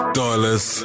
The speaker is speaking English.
dollars